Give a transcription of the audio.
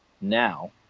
now